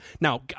Now